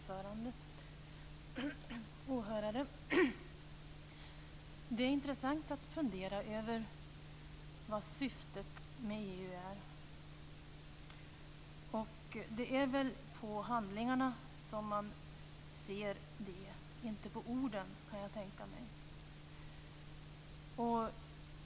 Herr talman! Det är intressant att fundera över vad syftet med EU är. Det är väl på handlingarna som man ser det, inte på orden, kan jag tänka mig.